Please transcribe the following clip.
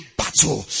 battle